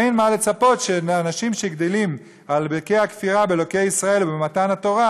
אין מה לצפות מאנשים שגדלים על ברכי הכפירה באלוקי ישראל ובמתן התורה,